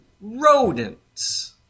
rodents